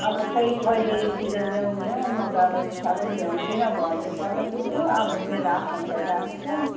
अब खोइ कहिलेतिर ल्याउने हो म त अब साह्रै भ्याउँदिनँ घरले गर्दाखेरि हो अब मेरो आफन्त गएको छ